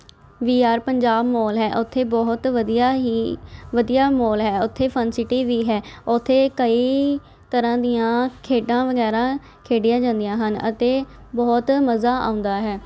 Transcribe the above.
ਵੀ R Punjab mall ਹੈ ਉੱਥੇ ਬਹੁਤ ਵਧੀਆ ਹੀ ਵਧੀਆ ਮੋਲ ਹੈ ਉੱਥੇ ਫਨ ਸਿਟੀ ਵੀ ਹੈ ਉੱਥੇ ਕਈ ਤਰ੍ਹਾਂ ਦੀਆਂ ਖੇਡਾਂ ਵਗੈਰਾ ਖੇਡੀਆਂ ਜਾਂਦੀਆਂ ਹਨ ਅਤੇ ਬਹੁਤ ਮਜ਼ਾ ਆਉਂਦਾ ਹੈ